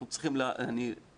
אנחנו צריכים להודות,